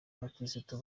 abakirisitu